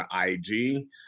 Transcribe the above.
IG